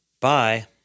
Bye